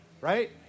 Right